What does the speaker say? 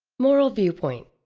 moral viewpoint.